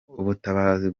umutabazi